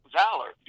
valor